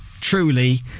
truly